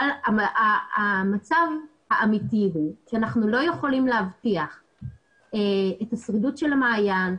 אבל המצב האמיתי הוא שאנחנו לא יכולים להבטיח את השרידות של המעיין,